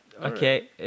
Okay